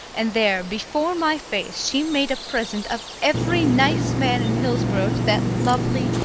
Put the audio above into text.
and there, before my face, she made a present of every nice man in hillsboro to that lovely,